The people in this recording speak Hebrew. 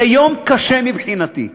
זה יום קשה מבחינתי,